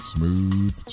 Smooth